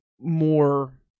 more